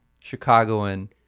Chicagoan